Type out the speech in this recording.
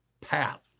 path